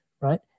right